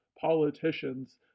politicians